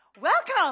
welcome